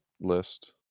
list